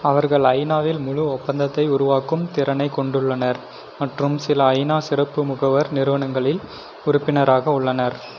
அவர்கள் ஐநாவில் முழு ஒப்பந்தத்தை உருவாக்கும் திறனைக் கொண்டுள்ளனர் மற்றும் சில ஐநா சிறப்பு முகவர் நிறுவனங்களில் உறுப்பினராக உள்ளனர்